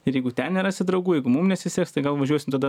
ir jeigu ten nerasi draugų jeigu mum nesiseks tai gal važiuosim tada